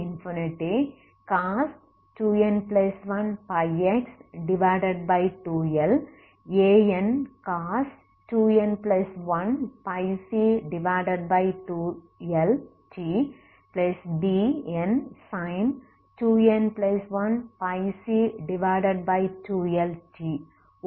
ஒவ்வொரு டேர்ம் ம் wave equation ன் சொலுயுஷன்